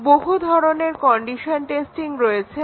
বহু ধরনের condition testing রয়েছে